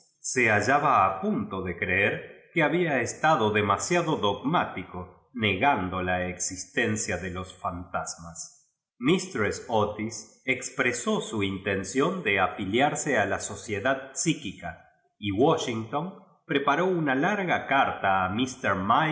se hallaba a punto de creer qim había estado demasiado dogmático ne gando ja existencia de los fantasmas místresa otis expresó su intención de afi liarse a la sociedad psíquica y washington preparó una larga carta a